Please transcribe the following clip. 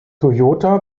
toyota